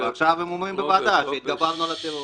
ועכשיו הם אומרים בוועדה שהתגברנו על הטרור.